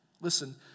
Listen